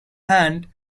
hand